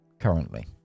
currently